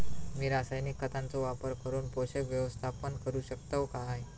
मी रासायनिक खतांचो वापर करून पोषक व्यवस्थापन करू शकताव काय?